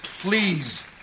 Please